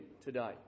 today